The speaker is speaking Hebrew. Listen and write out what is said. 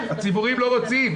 הציבוריים לא רוצים.